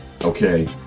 Okay